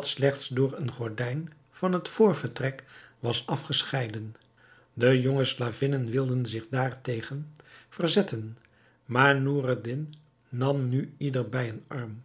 slechts door een gordijn van het voorvertrek was afgescheiden de jonge slavinnen wilden zich daartegen verzetten maar noureddin nam nu ieder bij een arm